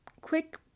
quick